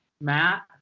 Matt